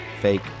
fake